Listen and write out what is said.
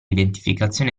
identificazione